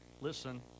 listen